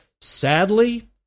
Sadly